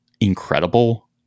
incredible